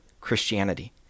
Christianity